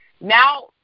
now